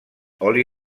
oli